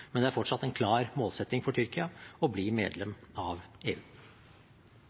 Men det er fortsatt en klar målsetting for Tyrkia å bli medlem av EU.